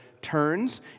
turns